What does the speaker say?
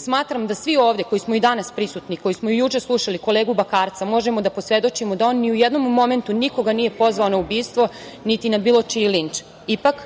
Smatram da svi ovde koji smo i danas prisutni, koji smo juče slušali kolegu Bakarca, možemo da posvedočimo da on ni u jednom momentu nikoga nije pozvao na ubistvo, niti na bilo čiji linč. Ipak,